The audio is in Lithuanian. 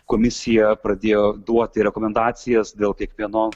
komisija pradėjo duoti rekomendacijas dėl kiekvieno